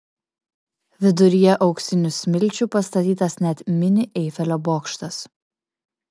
viduryje auksinių smilčių pastatytas net mini eifelio bokštas